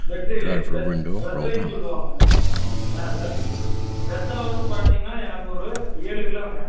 வெற்றிலை வெத் வெத்தலைன்னு சொல்லுவாங்க ஆ வெத் வெற்றிலை வந்து பார்த்தீங்கன்னா எனக்கு ஒரு ஏழு கிலோங்க